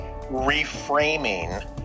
reframing